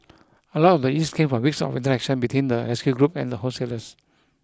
a lot of the ease came from weeks of interaction between the rescue group and the wholesalers